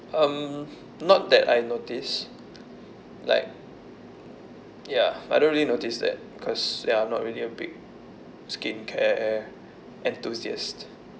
um not that I notice like ya I don't really notice that because ya I'm not really a big skincare enthusiast